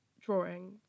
drawing